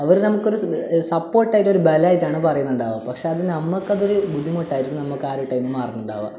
അവർ നമുക്കൊരു സപോർട്ട് ആയിട്ട് ഒരു ബലമായിട്ടാണ് പറയുന്നുണ്ടാകുക പക്ഷേ അത് നമുക്ക് അതൊരു ബുദ്ധിമുട്ടായിരിക്കും നമുക്ക് ആ ഒരു ടൈമിൽ മാറുന്നുണ്ടാകുക